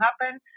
happen